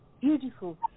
beautiful